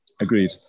Agreed